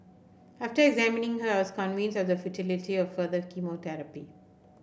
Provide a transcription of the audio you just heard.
after examining her I was convinced of the futility of further chemotherapy